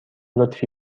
لطفی